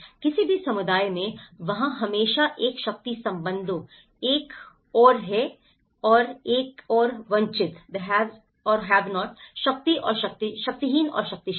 किसी भी समुदाय में वहाँ हमेशा एक शक्ति संबंधों एक है और है वंचितों शक्ति और शक्तिशाली है शक्तिहीन और शक्तिशाली